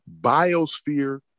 biosphere